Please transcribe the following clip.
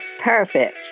Perfect